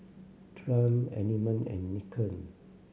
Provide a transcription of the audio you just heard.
Triumph Element and Nikon